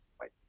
right